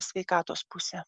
sveikatos pusę